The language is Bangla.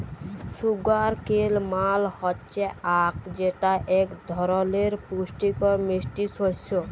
সুগার কেল মাল হচ্যে আখ যেটা এক ধরলের পুষ্টিকর মিষ্টি শস্য